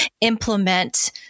implement